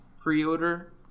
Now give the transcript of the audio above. pre-order